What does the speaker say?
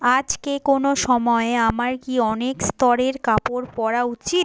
আজকে কোনও সময়ে আমার কি অনেক স্তরের কাপড় পরা উচিত